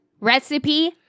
recipe